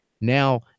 Now